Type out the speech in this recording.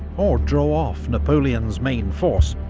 or draw off napoleon's main force,